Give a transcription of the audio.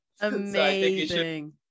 amazing